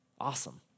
Awesome